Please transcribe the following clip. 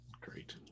Great